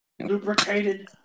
lubricated